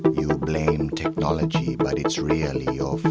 you blame technology but it's really your